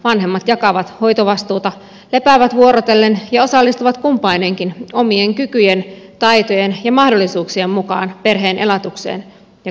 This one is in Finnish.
vanhemmat jakavat hoitovastuuta lepäävät vuorotellen ja osallistuvat kumpainenkin omien kykyjen taitojen ja mahdollisuuksien mukaan perheen elatukseen ja kasvattamiseen